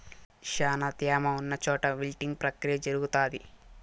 శ్యానా త్యామ ఉన్న చోట విల్టింగ్ ప్రక్రియ జరుగుతాది